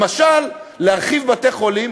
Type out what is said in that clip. למשל להרחבת בתי-חולים.